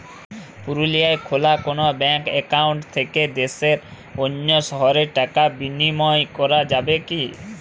পুরুলিয়ায় খোলা কোনো ব্যাঙ্ক অ্যাকাউন্ট থেকে দেশের অন্য শহরে টাকার বিনিময় করা যাবে কি?